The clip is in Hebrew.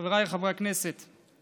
חבריי חברי הכנסת,